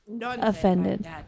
offended